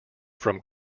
from